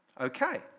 Okay